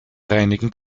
reinigen